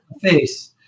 face